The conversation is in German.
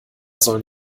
sollen